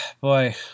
boy